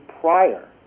prior